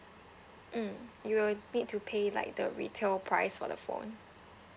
mm you will need to pay like the retail price for the phone